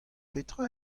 petra